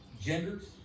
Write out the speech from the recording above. genders